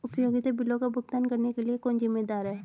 उपयोगिता बिलों का भुगतान करने के लिए कौन जिम्मेदार है?